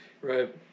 Right